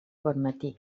bonmatí